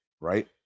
right